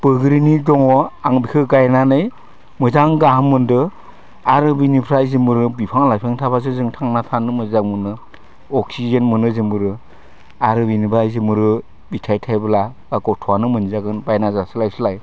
बोग्रिनि दङ आं बिखो गायनानै मोजां गाहाम मोनदो आरो बिनिफ्राय जोंबो बिफां लाइफां थाब्लासो जों थांना थानो मोजां मोनो अक्सिजेन मोनो जों बयबो आरो बिनिफ्राय जोंबोरो बिथाइ थाइब्ला बा गथ'आनो मोनजागोन बायना जास्लायस्लाय